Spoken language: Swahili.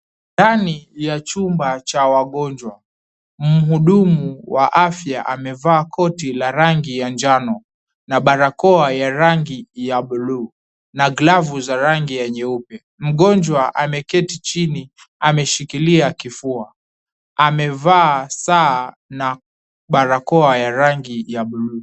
Ndani ya chumba cha wagonjwa. Mhudumu wa afya amevaa koti la rangi ya njano, na barakoa ya rangi ya bluu, na glavu za rangi ya nyeupe. Mgonjwa ameketi chini, ameshikilia kifua. Amevaa saa na barakoa ya rangi ya bluu.